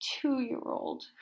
two-year-old